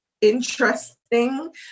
interesting